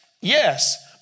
Yes